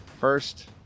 first